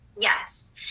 Yes